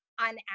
on